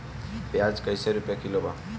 प्याज कइसे रुपया किलो बा?